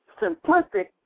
simplistic